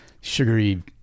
sugary